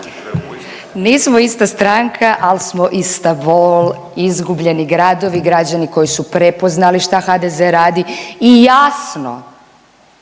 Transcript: Nismo ista stranka, ali smo ista bol, izgubljeni gradovi, građani koji su prepoznali šta HDZ radi i jasno